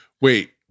Wait